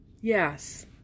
Yes